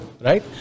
Right